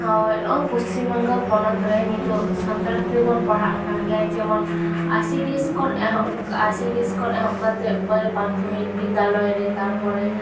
ᱱᱚᱜᱼᱚᱸᱭ ᱯᱚᱪᱷᱤᱢ ᱵᱚᱝᱜᱚ ᱯᱚᱱᱚᱛ ᱨᱮ ᱱᱤᱛᱤᱚᱜ ᱥᱟᱱᱛᱟᱲᱤ ᱛᱮᱵᱚᱱ ᱯᱟᱲᱦᱟᱜ ᱠᱟᱱ ᱜᱮᱭᱟ ᱡᱮᱢᱚᱱ I C D S ᱠᱷᱚᱱ ᱮᱦᱚᱵ ᱟᱭ ᱥᱤ ᱰᱤ ᱮᱥ ᱠᱷᱚᱱ ᱮᱦᱚᱵ ᱠᱟᱛᱮᱫ ᱯᱚᱭᱮ ᱯᱟᱨᱛᱷᱚᱢᱤᱠ ᱵᱤᱫᱽᱫᱟᱞᱚᱭ ᱨᱮ ᱛᱟᱨᱯᱚᱨᱮ